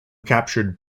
captured